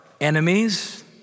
enemies